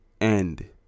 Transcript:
end